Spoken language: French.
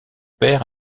père